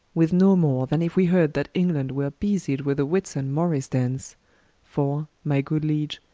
with no more, then if we heard that england were busied with a whitson morris-dance for, my good liege,